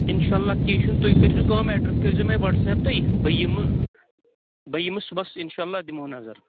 اِنشاء اللہ کیٚنٛہہ چھُنہٕ تُہۍ کٔرۍزیٚو کٲم ایٚڈرَس کٔرۍزیٚو مےٚ واٹٕس ایپ تُہۍ بہٕ یِمہٕ بہٕ یِمہٕ صُبَحس اِنشاء اللہ دِمہو نظر